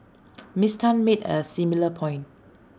miss Tan made A similar point